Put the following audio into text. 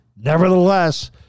Nevertheless